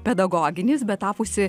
pedagoginis bet tapusi